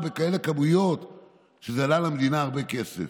בכמויות כאלה ושזה עלה למדינה הרבה כסף.